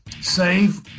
save